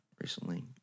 recently